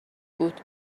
بود